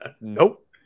Nope